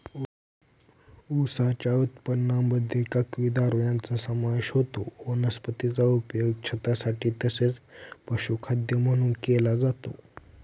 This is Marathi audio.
उसाच्या उत्पादनामध्ये काकवी, दारू यांचा समावेश होतो वनस्पतीचा उपयोग छतासाठी तसेच पशुखाद्य म्हणून केला जातो